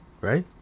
Right